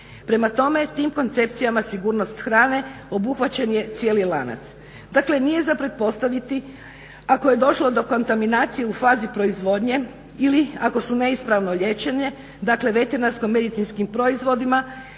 Prema tome, tim koncepcijama sigurnost hrane obuhvaćen je cijeli lanac. Dakle, nije za pretpostaviti ako je došlo do kontaminacije u fazi proizvodnje ili ako su neispravno liječene, dakle veterinarsko-medicinskim proizvodima